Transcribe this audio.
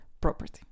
property